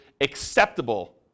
acceptable